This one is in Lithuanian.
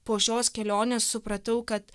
po šios kelionės supratau kad